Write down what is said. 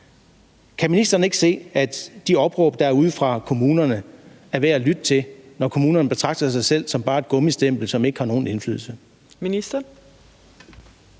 Kan ministeren ikke se, at de opråb, der kommer fra kommunerne, er værd at lytte til, når kommunerne betragter sig selv som bare et gummistempel og ikke har nogen indflydelse? Kl.